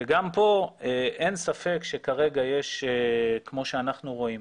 שגם פה אין ספק שכרגע יש כמו שאנחנו רואים,